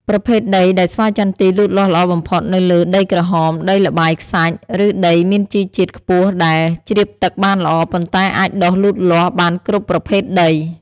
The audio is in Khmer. ប្រភេទដីដែលស្វាយចន្ទីលូតលាស់ល្អបំផុតនៅលើ ដីក្រហម ដីល្បាយខ្សាច់ ឬដីមានជីជាតិខ្ពស់ដែល ជ្រាបទឹកបានល្អប៉ុន្តែអាចដុះលូតលាស់បានគ្រប់ប្រភេទដី។